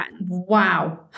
wow